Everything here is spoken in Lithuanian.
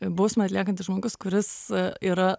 bausmę atliekantis žmogus kuris yra